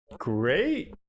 Great